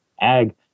ag